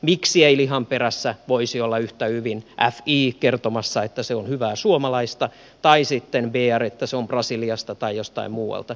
miksi ei lihan perässä voisi olla yhtä hyvin fi kertomassa että se on hyvää suomalaista tai sitten br että se on brasiliasta tai jotain muuta